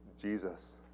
Jesus